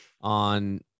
on